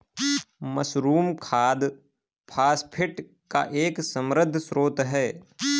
mushroom खाद phosphate का एक समृद्ध स्रोत है